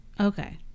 Okay